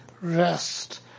rest